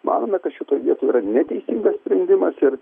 manome kad šitoj vietoj yra neteisingas sprendimas ir